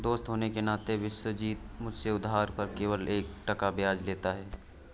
दोस्त होने के नाते विश्वजीत मुझसे उधार पर केवल एक टका ब्याज लेता है